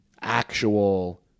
actual